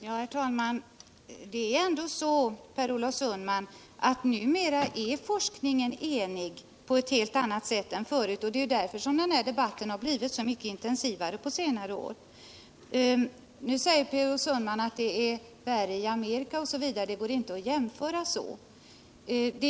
Herr talman! Det är ändå så, Per Olof Sundman, att forskningen numera är enig på ett helt annat sätt än förut, och det är därför denna debatt har blivit så mycket intensivare på senare år. Nu säger Per Olof Sundman att det är värre i Amerika, det går inte att jämföra osv.